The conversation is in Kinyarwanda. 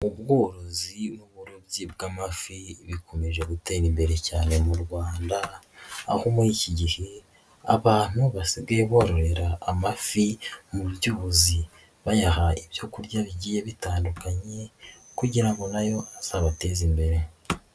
Ubworozi n'uburobyi bw'amafi bikomeje gutera imbere cyane mu Rwanda, aho muri iki gihe abantu basigaye bororera amafi mu by'ubuzi, bayaha ibyo kurya bigiye bitandukanye kugira ngo nayo azabateze imbere.